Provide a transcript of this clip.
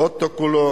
שהאוטו כולו